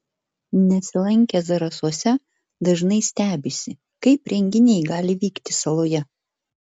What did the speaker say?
nesilankę zarasuose dažnai stebisi kaip renginiai gali vykti saloje